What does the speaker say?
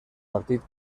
partit